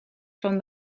from